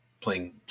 playing